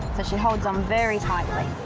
so she holds on very tightly.